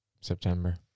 September